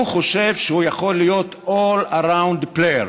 הוא חושב שהוא יכול להיות all-around player.